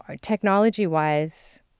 technology-wise